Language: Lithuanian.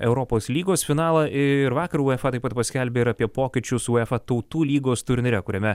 europos lygos finalą ir vakar uefa taip pat paskelbė ir apie pokyčius uefa tautų lygos turnyre kuriame